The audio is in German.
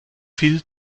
viel